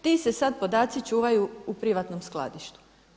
Ti se sad podaci čuvaju u privatnom skladištu.